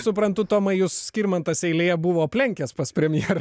suprantu tomai jūs skirmantas eilėje buvo aplenkęs pas premjerą